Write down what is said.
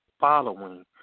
following